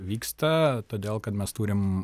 vyksta todėl kad mes turim